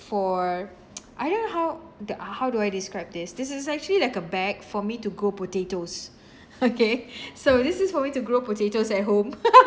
for I don't know how the uh how do I describe this this is actually like a bag for me to grow potatoes okay so this is for me to grow potatoes at home